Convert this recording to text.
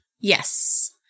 Yes